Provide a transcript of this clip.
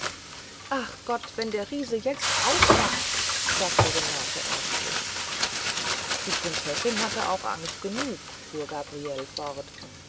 ach gott wenn der riese jetzt aufwacht sagte renate ängstlich die prinzessin hatte auch angst genug fuhr gabriele fort